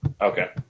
Okay